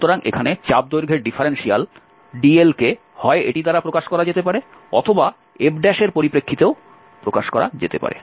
সুতরাং এখানে চাপ দৈর্ঘ্যের ডিফারেনশিয়াল dl কে হয় এটি দ্বারা প্রকাশ করা যেতে পারে অথবা f এর পরিপ্রেক্ষিতেও প্রকাশ করা যেতে পারে